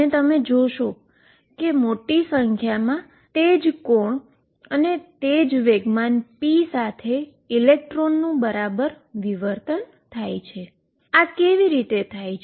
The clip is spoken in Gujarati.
અને તમે જોશો કે મોટી સંખ્યામાં તે જ એન્ગલ અને તે જ મોમેન્ટમ p સાથે ઈલેક્ટ્રોનનું બરાબર ડીફ્રેક્શન થાય છે આ કેવી રીતે થાય છે